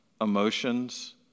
emotions